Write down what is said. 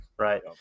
Right